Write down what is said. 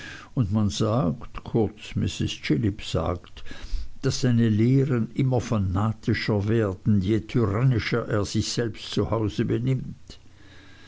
und man sagt kurz mrs chillip sagt daß seine lehren immer fanatischer werden je tyrannischer er sich selbst zu hause benimmt